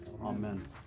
amen